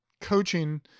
coaching